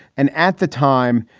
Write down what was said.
and at the time,